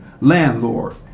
Landlord